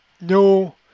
No